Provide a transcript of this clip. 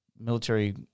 military